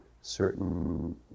certain